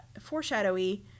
foreshadowy